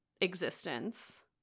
existence